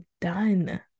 done